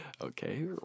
okay